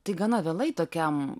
tai gana vėlai tokiam